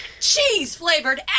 cheese-flavored